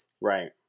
Right